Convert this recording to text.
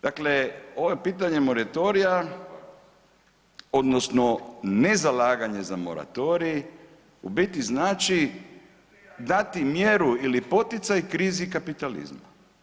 Dakle ovo je pitanje moratorija odnosno nezalaganje za moratorij u biti znači dati mjeru ili poticaj krizi kapitalizma.